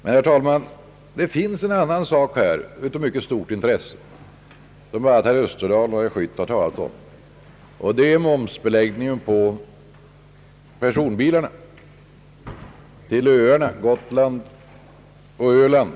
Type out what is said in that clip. Men här finns en annan sak av mycket stort intresse, herr talman, som herr Österdahl och även herr Schött har talat om, nämligen momsen på transportkostnaden för personbilar till och från Gotland och Öland.